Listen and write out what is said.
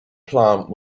plant